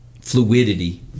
fluidity